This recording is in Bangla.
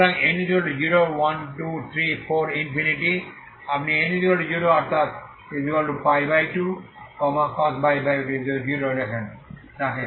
এবং n 012 3 যদি আপনি n 0 অর্থাৎ 2 cos 2 0 রাখেন